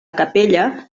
capella